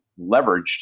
leveraged